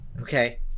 okay